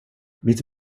mitt